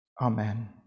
Amen